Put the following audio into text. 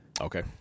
Okay